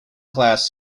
class